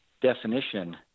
definition